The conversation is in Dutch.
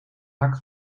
wrak